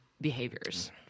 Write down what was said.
behaviors